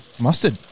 mustard